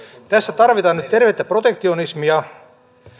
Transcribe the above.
tässä tarvitaan nyt tervettä protektionismia